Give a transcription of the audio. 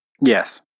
Yes